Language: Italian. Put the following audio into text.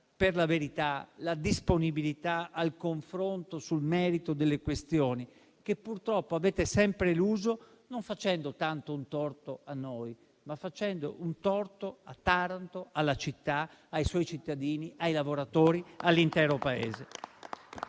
per la verità, la disponibilità al confronto sul merito delle questioni, che purtroppo avete sempre eluso, non facendo tanto un torto a noi, ma un torto a Taranto, alla città, ai suoi cittadini, ai lavoratori e all'intero Paese.